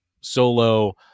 solo